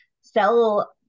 sell